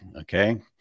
okay